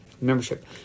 membership